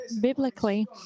biblically